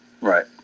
Right